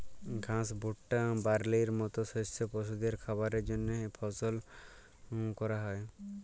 ঘাস, ভুট্টা, বার্লির মত শস্য পশুদের খাবারের জন্হে ফলল ক্যরা হ্যয়